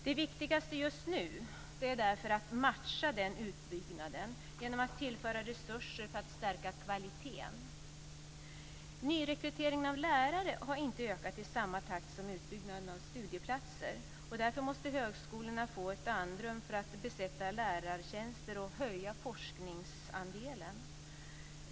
Det viktigaste just nu är därför att matcha den utbyggnaden genom att tillföra resurser för att stärka kvaliteten. Nyrekryteringen av lärare har inte ökat i samma takt som utbyggnaden av studieplatser. Därför måste högskolorna få ett andrum för att besätta lärartjänster och höja forskningsandelen.